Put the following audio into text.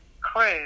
crew